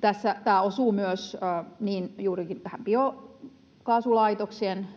tähän biokaasulaitoksien